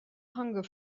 hunger